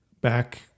back